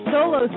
Solo